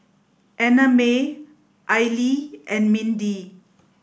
Annamae Aili and Mindy